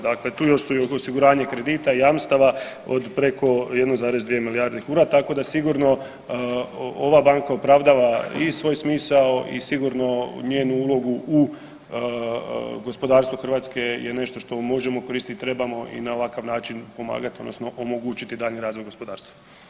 Dakle tu su još osiguranje kredita, jamstava od preko 1,2 milijarde kuna, tako da sigurno ova Banka opravdava i svoj smisao i sigurno njenu ulogu u gospodarstvu Hrvatske je nešto što možemo koristiti, trebamo i na ovakav način pomagati odnosno omogućiti daljnji razvoj gospodarstva.